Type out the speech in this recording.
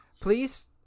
please